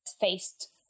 faced